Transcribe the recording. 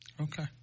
Okay